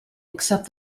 except